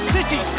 City